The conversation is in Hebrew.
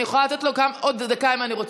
אני יכולה לתת לו גם עוד דקה אם אני רוצה.